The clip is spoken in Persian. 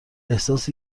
احساس